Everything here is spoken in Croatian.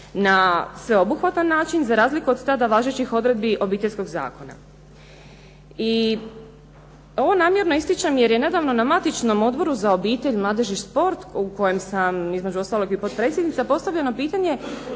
na sveobuhvatan način za razliku od tada važećih odredbi Obiteljskog zakona. I ovo namjerno ističem jer je nedavno na matičnom Odboru za obitelj, mladež i šport u kojem sam između ostalog i potpredsjednica postavljeno pitanje